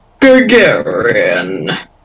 Gagarin